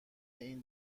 این